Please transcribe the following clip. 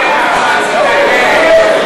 מה עם החרדים לכלא,